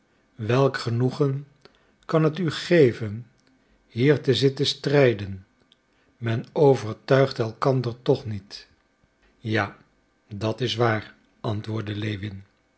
welk genoegen kan het u geven hier te zitten strijden men overtuigt elkander toch niet ja dat is waar antwoordde lewin